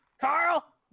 Carl